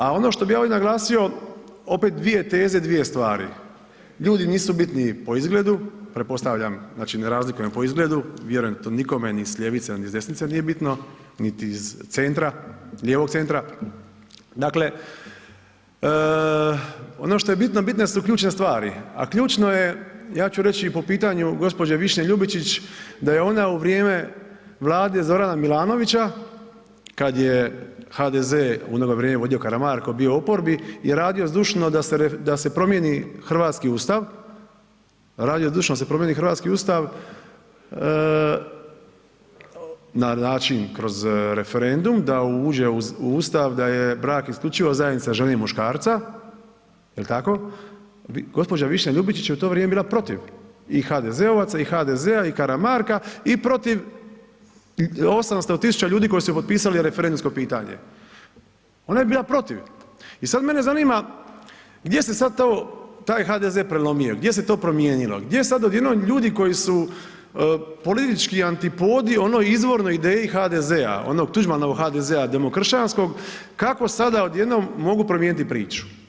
A ono što bi ja ovdje naglasio opet dvije teze, dvije stvari, ljudi nisu bitniji po izgledu, pretpostavljam, znači ne razlikujemo ih po izgledu, vjerujem to nikome ni s ljevice, a ni s desnice nije bitno, niti iz centra, lijevog centra, dakle ono što je bitno bitne su ključne stvari, a ključno je ja ću reći i po pitanju gđe. Višnje Ljubičić da je ona u vrijeme Vlade Zorana Milanovića kad je HDZ u ono ga vrijeme vodio Karamarko, bio u oporbi i radio zdušno da se promijeni hrvatski Ustav, radio zdušno da se promijeni hrvatski Ustav na način kroz referendum da uđe u Ustav da je brak isključivo zajednica žene i muškarca, jel tako, gđa. Višnja Ljubičić je u to vrijeme bila protiv i HDZ-ovaca i HDZ-a i Karamarka i protiv 800 000 ljudi koji su potpisali referendumsko pitanje, ona je bila protiv i sad mene zanima gdje se sad to, taj HDZ prelomio, gdje se to promijenilo, gdje sad odjednom ljudi koji su politički antipodi onoj izvornoj ideji HDZ-a, onog Tuđmanovog HDZ-a demokršćanskog kako sada odjednom mogu promijeniti priču?